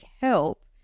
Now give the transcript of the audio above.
help